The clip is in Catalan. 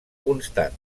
constant